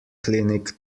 clinic